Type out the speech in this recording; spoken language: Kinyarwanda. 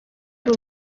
ari